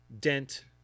dent